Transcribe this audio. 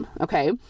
okay